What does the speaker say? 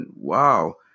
Wow